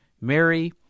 Mary